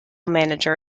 manager